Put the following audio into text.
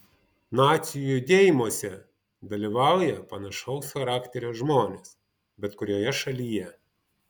nacių judėjimuose dalyvauja panašaus charakterio žmonės bet kurioje šalyje